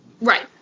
Right